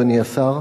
אדוני השר,